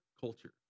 culture